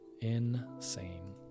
Insane